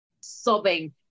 sobbing